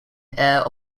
air